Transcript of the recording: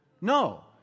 No